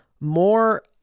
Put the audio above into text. more